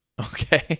Okay